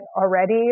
already